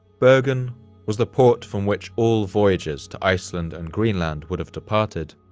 bergen was the port from which all voyages to iceland and greenland would have departed.